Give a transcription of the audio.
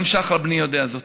וגם שחר בני יודע זאת.